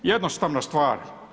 Jednostavna stvar.